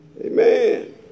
Amen